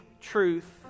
truth